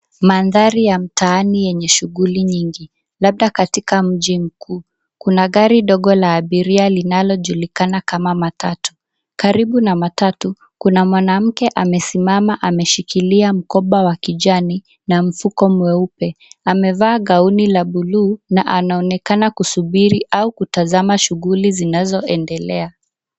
Mandhari ya mtaani enye shuguli nyingi, labada katika mji mkuu, kuna gari dogo la abiria linalojulikana kama matatu, karibu na matatu kuna mwanamke amesimama ameshikilia mkoba wa kijani na mfuko mweupe, amevaa gauni la bluu na anaonekana kusubiri au kutazama shuguli zinazoendelea.